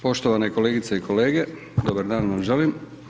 Poštovane kolegice i kolege, dobar dan vam želim.